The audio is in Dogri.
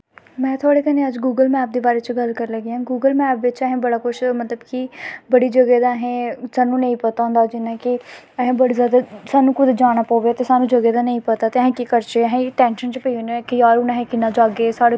दिक्खो जी सर जेह्की साढ़ी अपनीं डोगरी भाशा ऐ सर इस भाशा गी अस अग्गैं मतलव बड़ानां चाह्दे कि मतलव बड़े दूर लेी जाना चाह्दे हर कोई इस भाशा गी दवानें दी गल्ल करदा मतलव कोई बी साढ़ा अपनां